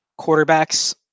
quarterbacks